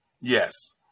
Yes